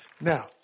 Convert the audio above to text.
Now